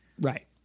Right